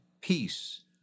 peace